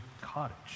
cottage